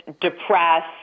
depressed